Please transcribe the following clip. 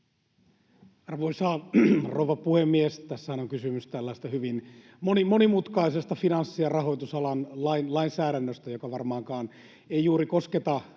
Arvoisa rouva puhemies! Tässähän on kysymys tällaisesta hyvin monimutkaisesta finanssi- ja rahoitusalan lainsäädännöstä, joka varmaankaan ei juuri kosketa